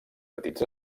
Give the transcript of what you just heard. petits